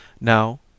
Now